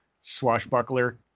swashbuckler